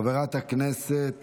חברת הכנסת